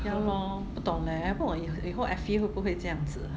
ya lor 不懂 leh 我不懂以后 effie 会不会这样子